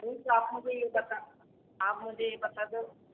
नहीं तो आप मुझे ये बता आप मुझे ये बता दो